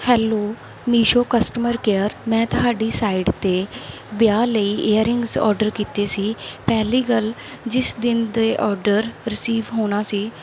hello Meesho customer care ਮੈਂ ਤੁਹਾਡੀ site 'ਤੇ ਵਿਆਹ ਲਈ ਏਅਰਿੰਗਸ ਆਰਡਰ ਕੀਤੇ ਸੀ ਪਹਿਲੀ ਗੱਲ ਜਿਸ ਦਿਨ ਦੇ ਆਰਡਰ ਰਿਸੀਵ ਹੋਣਾ ਸੀ